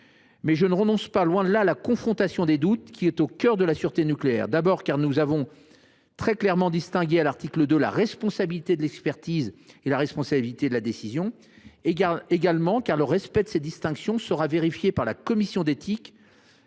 je ne renonce pas, loin de là, à la confrontation des doutes, qui est au cœur de la sûreté nucléaire ! En effet, nous avons très clairement distingué, à l’article 2, la responsabilité de l’expertise et celle de la décision. En outre, le respect de ces distinctions sera vérifié par la commission d’éthique